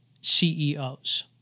CEOs